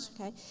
Okay